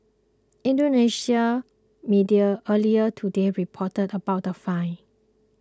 Indonesian media earlier today reported about the fine